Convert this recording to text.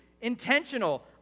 Intentional